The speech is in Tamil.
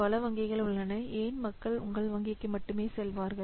பல வங்கிகள் உள்ளன ஏன் மக்கள் உங்கள் வங்கிக்கு மட்டுமே செல்வார்கள்